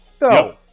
no